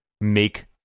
make